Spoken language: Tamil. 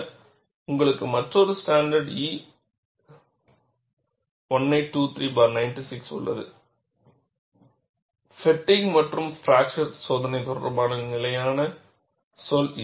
பின்னர் உங்களுக்கு மற்றொரு ஸ்டாண்டர்ட் E 1823 96 உள்ளது ஃப்பெட்டிக் மற்றும் பிராக்சர் சோதனை தொடர்பான நிலையான சொல்